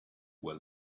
were